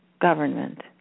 government